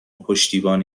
پشتیبان